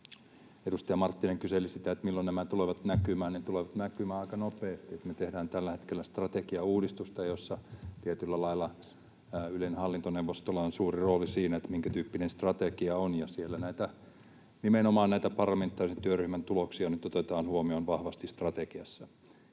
Edustaja Marttinen kyseli sitä, että milloin nämä tulevat näkymään. Ne tulevat näkymään aika nopeasti: me tehdään tällä hetkellä strategiauudistusta, ja tietyllä lailla Ylen hallintoneuvostolla on suuri rooli siinä, minkä tyyppinen strategia on, ja siellä strategiassa nimenomaan näitä parlamentaarisen työryhmän tuloksia nyt otetaan vahvasti huomioon.